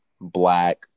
black